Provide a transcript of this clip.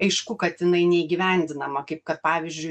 aišku kad jinai neįgyvendinama kaip kad pavyzdžiui